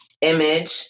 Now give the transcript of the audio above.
image